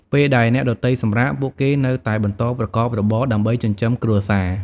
ពេលដែលអ្នកដទៃសម្រាក ពួកគេនៅតែបន្តប្រកបរបរដើម្បីចិញ្ចឹមគ្រួសារ។